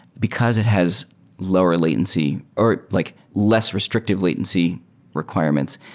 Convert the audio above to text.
because it has lower latency or like less restrictive latency requirements.